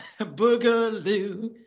Boogaloo